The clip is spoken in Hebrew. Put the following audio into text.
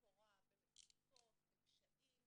מקורה במצוקות, בקשיים,